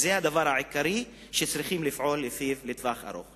זה הדבר העיקרי שצריכים לפעול לפיו לטווח ארוך.